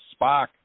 Spock